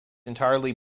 entirely